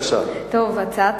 הצעת